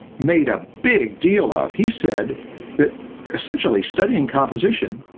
made a big deal of. he said that essentially studying composition